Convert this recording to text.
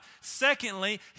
Secondly